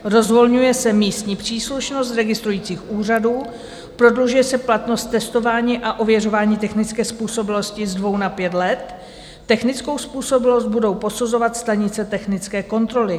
Rozvolňuje se místní příslušnost registrujících úřadů, prodlužuje se platnost testování a ověřování technické způsobilosti ze 2 na 5 let, technickou způsobilost budou posuzovat stanice technické kontroly.